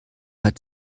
hat